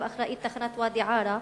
שעליו אחראית תחנת ואדי-עארה,